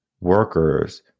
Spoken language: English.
workers